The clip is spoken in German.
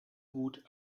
gut